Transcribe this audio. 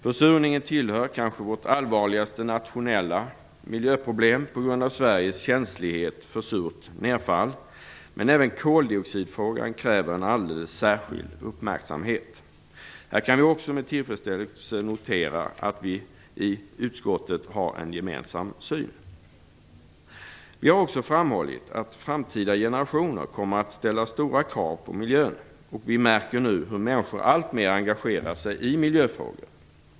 Försurningen tillhör kanske vårt allvarligaste nationella miljöproblem, på grund av Sveriges känslighet för surt nedfall. Men även koldioxidfrågan kräver en alldeles särskild uppmärksamhet. Här kan vi också med tillfredsställelse notera att vi i utskottet har en gemensam syn. Vi har också framhållit att framtida generationer kommer att ställa stora krav på miljön och vi märker nu hur människor alltmer engagerar sig i miljöfrågor.